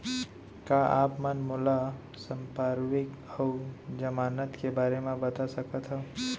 का आप मन मोला संपार्श्र्विक अऊ जमानत के बारे म बता सकथव?